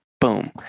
boom